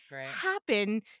happen